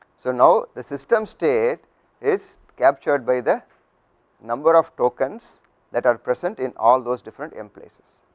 so, now this system state is captured by the number of tokens that are present in all those different m places